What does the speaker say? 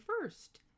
first